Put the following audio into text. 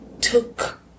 took